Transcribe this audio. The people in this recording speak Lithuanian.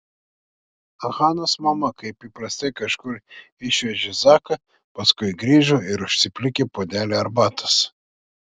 hanos mama kaip įprastai kažkur išvežė zaką paskui grįžo ir užsiplikė puodelį arbatos